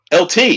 LT